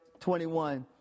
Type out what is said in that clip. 21